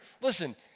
listen